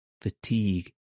fatigue